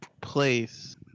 place